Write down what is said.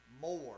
more